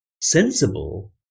Sensible